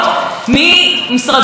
ועל התזמון הלקוי.